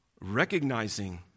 Recognizing